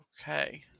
okay